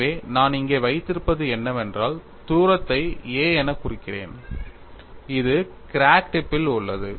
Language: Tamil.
எனவே நான் இங்கே வைத்திருப்பது என்னவென்றால் தூரத்தை a எனக் குறிக்கிறேன் இது கிராக் டிப்பில் உள்ளது